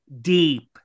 deep